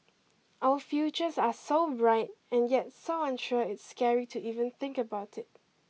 our futures are so bright and yet so unsure it's scary to even think about it